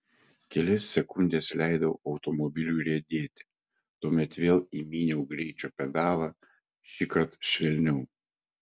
kelias sekundes leidau automobiliui riedėti tuomet vėl įminiau greičio pedalą šįkart švelniau